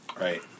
Right